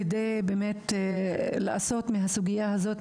כדי לעשות מהסוגיה הזאת,